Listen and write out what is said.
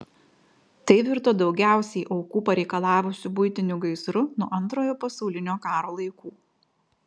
tai virto daugiausiai aukų pareikalavusiu buitiniu gaisru nuo antrojo pasaulinio karo laikų